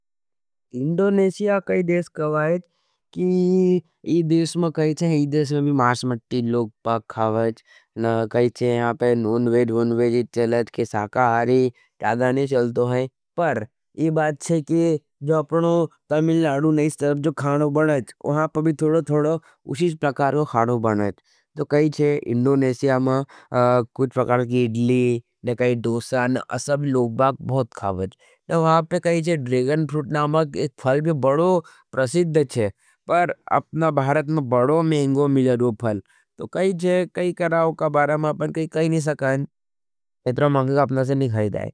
इंडोनेशिया कई देश का वाइच, कि इस देश में भी लोग मांस मची खावेच। ना कई छे यहा पे नॉन वेज वोन वेज चलत के शाकाहारी चलतो हे। पर यह बात छे की अपनों तमिलनाडु की इस तरफ़ खाना बनच। आप भी थोड़ो थोड़ो इस प्रकार का खाना बनॉच। तो कई छे इंडोनेशिया मा कुछ प्रकार की इडली, डोसा आसा लोग बहुत खावत। वहाँ पर छे ड्रैगन फ्रूट नामक एक विशाल फ्रूट्स छे। पर अपनों भारत में बड़ो महँगों मिलो वा फल। तो कई छे कई बरा काँ मा अपान इतनो महँगो अपनों से ना खायी जायी।